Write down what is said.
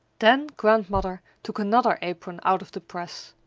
then grandmother took another apron out of the press.